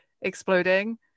exploding